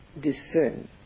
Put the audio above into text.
discern